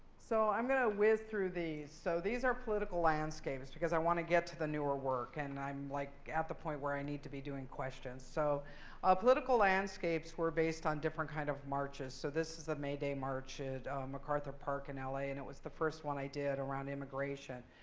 so i'm going to whiz through these. so these are political landscapes because i want to get to the newer work. and i'm like at the point where i need to be doing questions. so ah political landscapes were based on different kind of marches. so this is the may day march at macarthur park in ah la. and it was the first one i did around immigration.